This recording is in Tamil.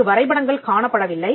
இங்கு வரைபடங்கள் காணப்படவில்லை